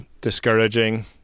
discouraging